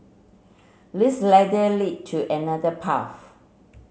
this ladder lead to another path